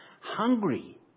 hungry